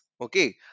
Okay